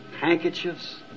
handkerchiefs